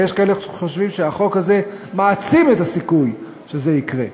ויש כאלה שחושבים שהחוק הזה מעצים את הסיכוי שזה יקרה,